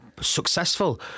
successful